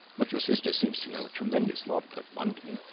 but your sister seems to know a tremendous lot about london,